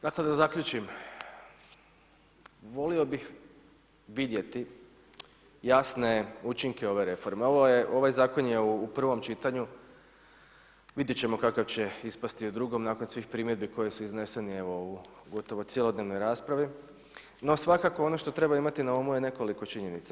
Dakle da zaključim, volio bih vidjeti jasne učinke ove reforme, ovaj zakon je u prvom čitanju, vidjet ćemo kakav će ispasti u drugom nakon svih primjedbi koje su iznesene u gotovo cjelodnevnoj raspravi no svakako ono što treba imati na umu je nekoliko činjenica.